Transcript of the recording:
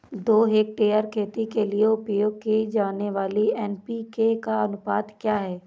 दो हेक्टेयर खेती के लिए उपयोग की जाने वाली एन.पी.के का अनुपात क्या है?